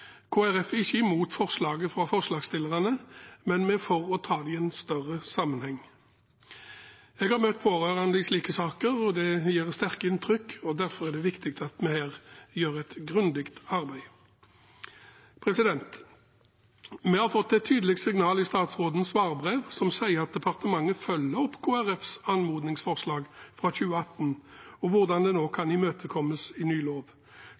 Folkeparti er ikke imot forslaget fra forslagsstillerne, men vi er for å ta det i en større sammenheng. Jeg har møtt pårørende i slike saker, og det gir sterke inntrykk. Derfor er det viktig at vi her gjør et grundig arbeid. Vi har fått et tydelig signal i statsrådens svarbrev, som sier at departementet følger opp Kristelig Folkepartis anmodningsforslag fra 2018 og hvordan det nå kan imøtekommes i ny lov.